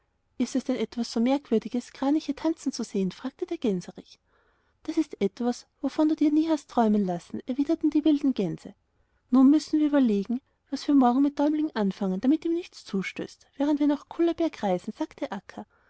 ist es denn etwas so merkwürdiges kraniche tanzen zu sehen fragte der gänserich das ist etwas wovon du dir nie hastträumenlassen erwidertendiewildengänse nunmüssenwirüberlegen waswirmorgenmitdäumlinganfangen damit ihm nichts zustößt während wir nach kullaberg reisen sagte